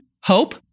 Hope